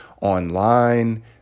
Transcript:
online